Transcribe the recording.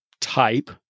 type